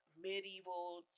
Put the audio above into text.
medieval